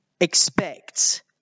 expect